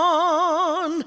on